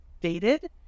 dated